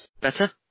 Better